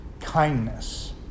kindness